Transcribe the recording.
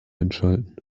einschalten